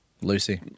Lucy